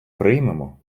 приймемо